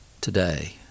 today